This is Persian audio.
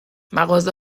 مغازه